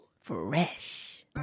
fresh